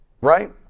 Right